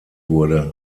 wurde